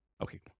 Okay